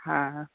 હા